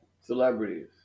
celebrities